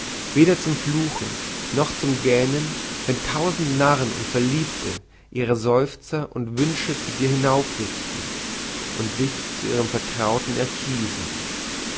weder zum fluchen noch zum gähnen wenn tausend narren und verliebte ihre seufzer und wünsche zu dir hinaufrichten und dich zu ihrem vertrauten erkiesen